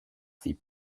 fit